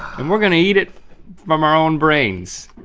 and we're gonna eat it from our own brains.